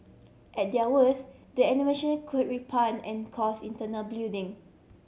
at their worse the could and cause internal bleeding